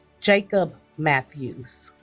jacob matthews